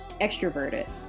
extroverted